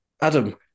Adam